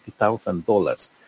$50,000